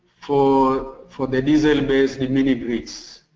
for for the diesel based in mini grids,